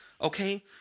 okay